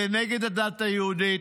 זה נגד הדת היהודית.